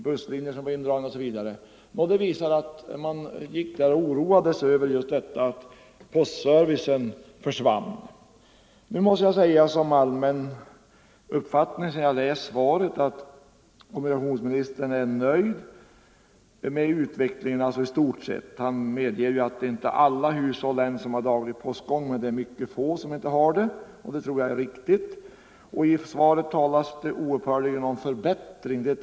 Nu skulle det även dras in busslinjer osv., och man oroade sig över att postservicen försvann. Sedan jag läst svaret måste jag uppfatta det som att kommunikationsministern i stort sett är nöjd med utvecklingen. Han medger att alla hushåll inte har daglig postgång, men att det är mycket få som inte har det. Jag tror att detta är riktigt. I svaret talas det oupphörligen om förbättring.